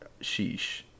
Sheesh